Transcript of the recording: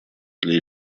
для